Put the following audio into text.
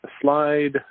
slide